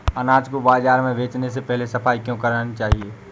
अनाज को बाजार में बेचने से पहले सफाई क्यो करानी चाहिए?